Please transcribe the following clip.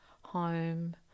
home